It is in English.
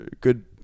Good